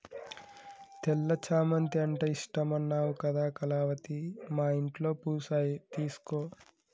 తెల్ల చామంతి అంటే ఇష్టమన్నావు కదా కళావతి మా ఇంట్లో పూసాయి తీసుకో